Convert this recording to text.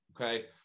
okay